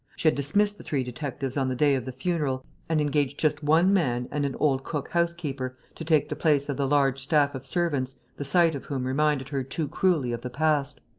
she had dismissed the three detectives on the day of the funeral and engaged just one man and an old cook-housekeeper to take the place of the large staff of servants the sight of whom reminded her too cruelly of the past.